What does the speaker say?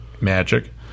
Magic